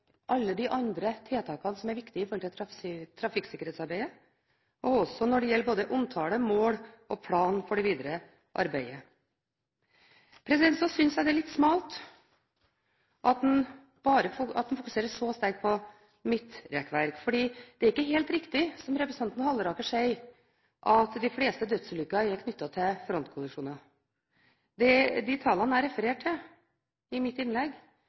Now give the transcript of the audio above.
alle de andre tiltakene som er viktige i trafikksikkerhetsarbeidet, også omtale, mål og plan for det videre arbeidet. Så synes jeg det er litt smalt at en fokuserer så sterkt på midtrekkverk, for det er ikke helt riktig som representanten Halleraker sier, at de fleste dødsulykker er knyttet til frontkollisjoner. De tallene jeg refererte til i mitt innlegg,